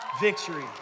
Victory